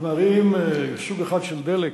כלומר, אם סוג אחד של דלק,